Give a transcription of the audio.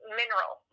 mineral